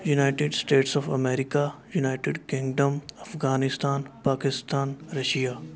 United States of America United Kingdom Afghanistan Pakistan Russia